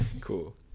Cool